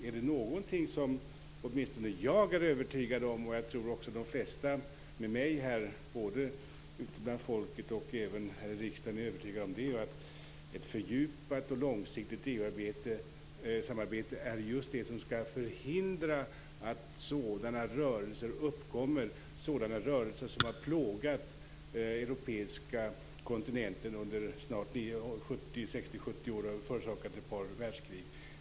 Är det någonting som åtminstone jag är övertygad om - och jag tror de flesta med mig, både ute bland folket och här i riksdagen - så är det att ett fördjupat och långsiktigt EU-samarbete är just det som skall förhindra att sådana rörelser uppkommer som har plågat den europeiska kontinenten under snart 60 70 år och som har förorsakat ett par världskrig.